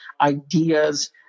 ideas